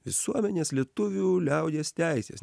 visuomenės lietuvių liaudies teisės